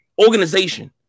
organization